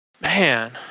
man